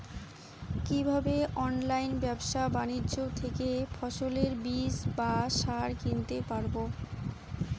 কীভাবে অনলাইন ব্যাবসা বাণিজ্য থেকে ফসলের বীজ বা সার কিনতে পারবো?